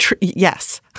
Yes